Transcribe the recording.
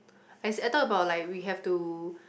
I talk about like we have to